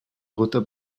gota